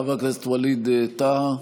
חבר הכנסת ווליד טאהא,